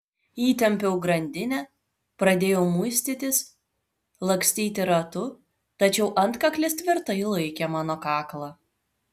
įtempiau grandinę pradėjau muistytis lakstyti ratu tačiau antkaklis tvirtai laikė mano kaklą